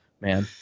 man